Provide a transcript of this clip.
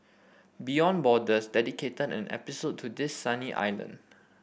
beyond Borders dedicated an episode to this sunny island